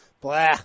blah